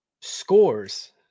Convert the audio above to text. scores